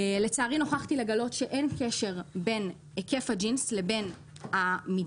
לצערי נוכחתי לגלות שאין קשר בין היקף הג'ינס לבין המידה.